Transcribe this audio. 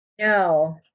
No